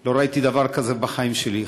לא ראיתי דבר כזה בחיים שלי.